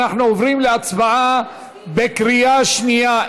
אנחנו עוברים להצבעה בקריאה שנייה.